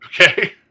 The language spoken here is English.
Okay